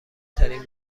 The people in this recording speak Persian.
ترین